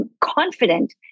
confident